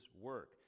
work